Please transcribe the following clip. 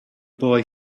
boy